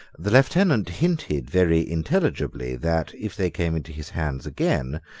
the lieutenant hinted very intelligibly that, if they came into his hands again,